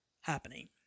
happening